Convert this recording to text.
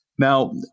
Now